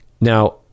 now